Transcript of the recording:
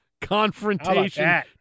confrontation